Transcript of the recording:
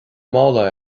mála